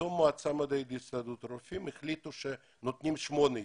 פתאום המועצה המדעית בהסתדרות הרופאים החליטה שנותנים שמונה יחידות.